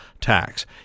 tax